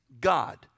God